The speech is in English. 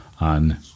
on